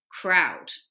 crowd